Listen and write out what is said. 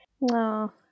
No